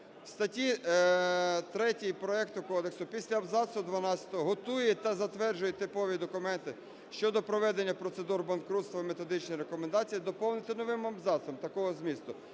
В статті 3 проекту кодексу після абзацу дванадцятого "готує та затверджує типові документи щодо проведення процедур банкрутства в методичні рекомендації" доповнити новим абзацом такого змісту